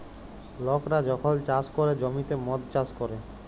লকরা যখল চাষ ক্যরে জ্যমিতে মদ চাষ ক্যরে